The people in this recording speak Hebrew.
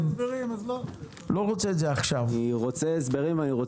לא רוצה הסברים אז לא.